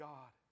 God